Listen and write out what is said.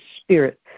spirit